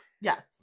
Yes